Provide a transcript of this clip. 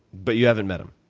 but you haven't met him?